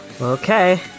Okay